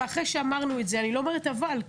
ואחרי שאמרנו את זה אני לא אומרת אבל,